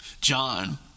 John